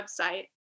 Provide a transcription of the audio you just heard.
website